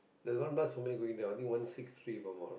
there's one bus who may going there I think one six three if I'm not wrong